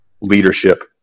leadership